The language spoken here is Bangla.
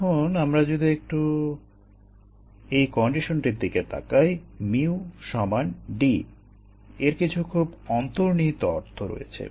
এখন আমরা একটু যদি এই কন্ডিশনটির দিকে তাকাই "mu সমান d" - এর কিছু খুব অন্তর্নিহিত অর্থ রয়েছে